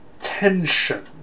tension